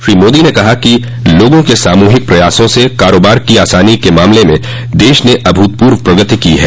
श्री मोदी ने कहा कि लोगों के सामूहिक प्रयासों से कारोबार की आसानी के मामले में देश ने अभूतपूर्व प्रगति की है